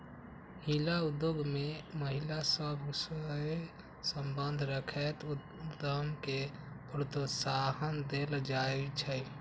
हिला उद्योग में महिला सभ सए संबंध रखैत उद्यम के प्रोत्साहन देल जाइ छइ